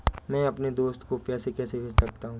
मैं अपने दोस्त को पैसे कैसे भेज सकता हूँ?